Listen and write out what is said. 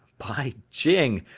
by jing,